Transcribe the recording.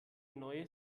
neue